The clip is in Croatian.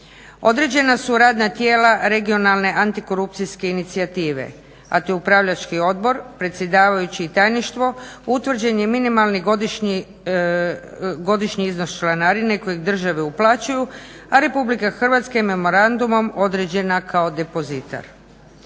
Određena su radna tijela regionalne antikorupcijske inicijative, a to je upravljački odbor, predsjedavajući i tajništvo, utvrđen je minimalni godišnji iznos članarine koje države uplaćuju, a RH je memorandum o određena kao depozitar.